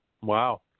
Wow